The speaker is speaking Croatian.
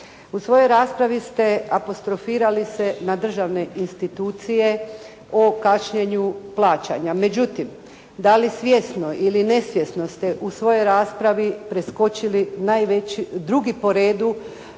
U svojoj raspravi ste apostrofirali se na državne institucije o kašnjenju plaćanja. Međutim, da li svjesno ili nesvjesno ste u svojoj raspravi preskočili najveći, drugi po redu